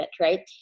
right